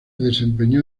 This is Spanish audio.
desempeñó